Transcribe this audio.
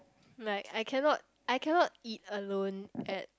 like I cannot I cannot eat alone at